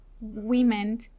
women